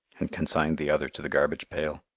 and consigned the other to the garbage pail.